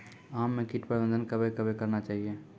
आम मे कीट प्रबंधन कबे कबे करना चाहिए?